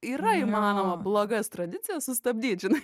yra įmanoma blogas tradicijas sustabdyt žinai